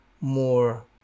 more